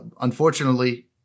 Unfortunately